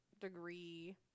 degree